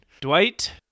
dwight